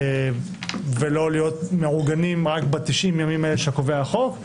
ולא להיות מעוגנים רק ב-90 הימים שקובע החוק.